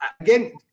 again